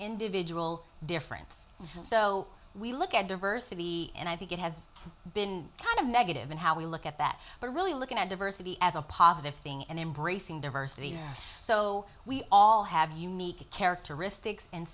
individual difference and so we look at diversity and i think it has been kind of negative in how we look at that but really looking at diversity as a positive thing and embracing diversity so we all have unique characteristics and